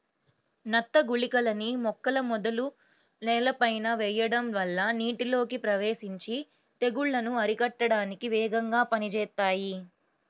నత్త గుళికలని మొక్కల మొదలు నేలపైన వెయ్యడం వల్ల నీటిలోకి ప్రవేశించి తెగుల్లను అరికట్టడానికి వేగంగా పనిజేత్తాయి